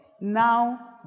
Now